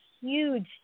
huge